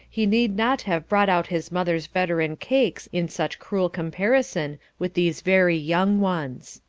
he need not have brought out his mother's veteran cakes in such cruel comparison with these very young ones.